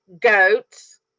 goats